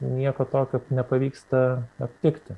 nieko tokio nepavyksta aptikti